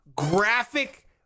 Graphic